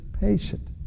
patient